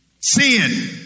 sin